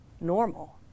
normal